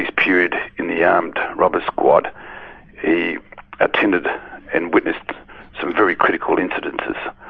ah period in the armed robbery squad he attended and witnessed some very critical incidences.